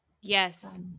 Yes